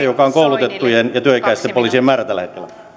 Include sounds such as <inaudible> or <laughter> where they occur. <unintelligible> joka on koulutettujen ja työikäisten poliisien määrä tällä hetkellä